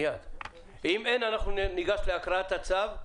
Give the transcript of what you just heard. אין, ניגש להקראת הצו.